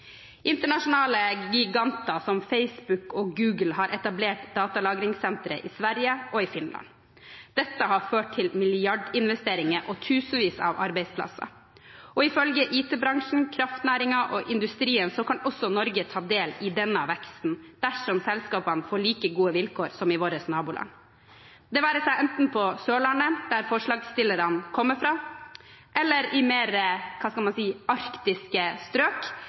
Internasjonale giganter som Facebook og Google har etablert datalagringssentre i Sverige og i Finland. Dette har ført til milliardinvesteringer og tusenvis av arbeidsplasser. Ifølge IT-bransjen, kraftnæringen og industrien kan også Norge ta del i denne veksten, dersom selskapene får like gode vilkår som i våre naboland, det være seg enten på Sørlandet, som flere av forslagsstillerne kommer fra, eller i mer – skal man si – arktiske strøk,